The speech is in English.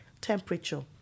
temperature